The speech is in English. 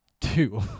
Two